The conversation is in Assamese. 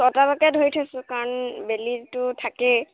ছটালৈকে ধৰি থৈছোঁ কাৰণ বেলিটো থাকেই